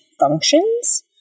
functions